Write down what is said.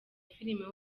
filime